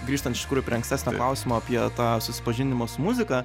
grįžtant iš kur prie ankstesnio klausimo apie tą susipažinimą su muzika